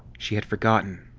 she had forgotten.